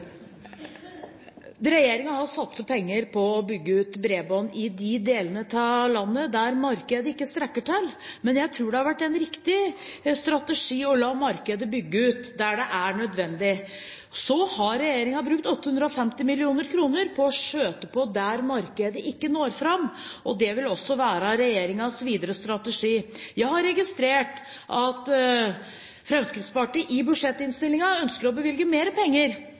har satset penger på å bygge ut bredbånd i de delene av landet der markedet ikke strekker til. Jeg tror det har vært en riktig strategi å la markedet bygge ut der det er nødvendig. Så har regjeringen brukt 850 mill. kr på å skyte til der markedet ikke når fram. Dette vil også være regjeringens videre strategi. Jeg har registrert at Fremskrittspartiet i budsjettinnstillingen ønsker å bevilge mer penger,